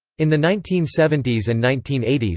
in the nineteen seventy s and nineteen eighty s,